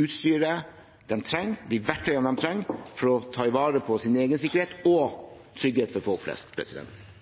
utstyret de trenger, de verktøyene de trenger, for å ta vare på sin egen sikkerhet og tryggheten for folk flest.